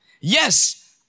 Yes